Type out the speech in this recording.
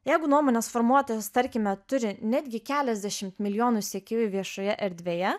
jeigu nuomonės formuotojas tarkime turi netgi keliasdešimt milijonų sekėjų viešoje erdvėje